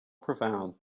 profound